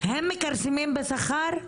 הם מכרסמים בשכר?